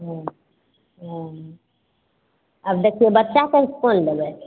हँ हँ आब देखियौ बच्चा के कोन लेबै